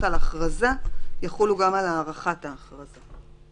על ההכרזה יחולו גם על הארכת ההכרזה.